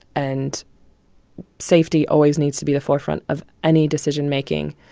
and safety always needs to be the forefront of any decision-making.